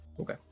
Okay